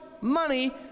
money